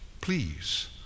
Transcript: Please